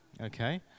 Okay